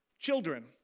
Children